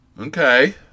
okay